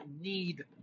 need